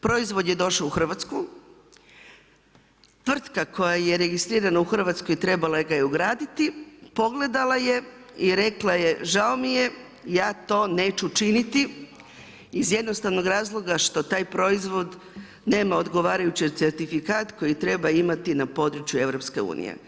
Proizvod je ušao u Hrvatsku, tvrtka koja je registrirana u Hrvatskoj, trebala ga je ugraditi, pogledala je i rekla je žao mi je, ja to neću učiniti iz jednostavnog razloga, što taj proizvod nema odgovarajući certifikat koji treba imati na području EU.